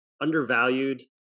undervalued